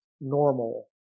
normal